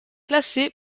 classé